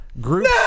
Group